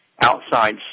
outside